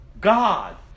God